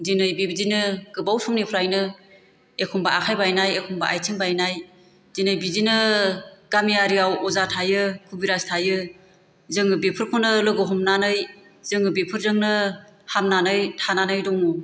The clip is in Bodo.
दिनै बेबादिनो गोबाव समनिफ्रायनो एखमबा आखाय बायनाय एखमबा आथिं बायनाय दिनै बिदिनो गामि आरियाव अजा थायो कबिराज थायो जोङो बेफोरखौनो लोगो हमनानै जोङो बेफोरजोंनो हामनानै थानानै दङ